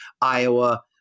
Iowa